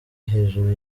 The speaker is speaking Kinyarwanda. hejuru